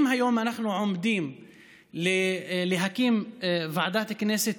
אם היום אנחנו עומדים להקים את ועדת הכנסת,